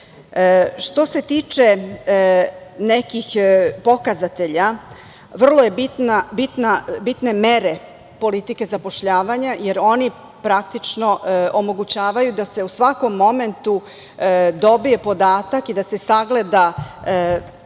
se tiče nekih pokazatelja, vrlo su bitne mere politike zapošljavanja, jer oni praktično omogućavaju da se u svakom momentu dobije podatak i da se sagleda